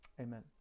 amen